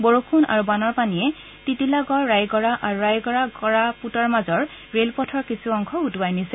বৰষুণ আৰু বানৰ পানীয়ে তিতিলাগড় ৰায়গড়া আৰু ৰায়গড়া কড়াপুটৰ মাজৰ ৰেলপথৰ কিছু অংশ উটূৱাই নিছে